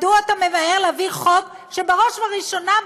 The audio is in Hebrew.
מדוע אתה ממהר להביא חוק שבראש וראשונה,